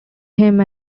him